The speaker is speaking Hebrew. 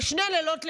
שני לילות לבנים.